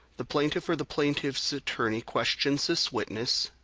the plaintiff or the plaintiff's attorney questions this witness,